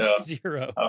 Zero